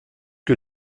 que